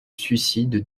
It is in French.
suicide